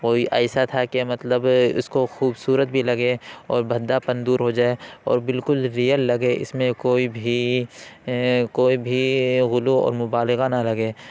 وہ ایسا تھا کہ مطلب اس کو خوبصورت بھی لگے اور بھدا پن دور ہو جائے اور بالکل ریئل لگے اس میں کوئی بھی کوئی بھی غلو اور مبالغہ نہ لگے